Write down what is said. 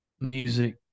Music